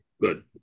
Good